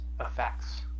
effects